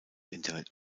internet